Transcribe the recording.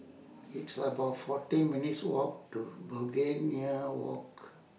It's about forty minutes' Walk to Begonia Walk